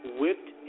whipped